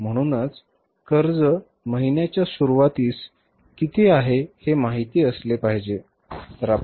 म्हणूनच कर्ज महिन्याच्या सुरूवातीस किती आहे हे माहीत असले पाहिजे